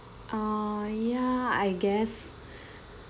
uh ya I guess